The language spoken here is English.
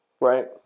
Right